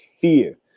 fear